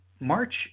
March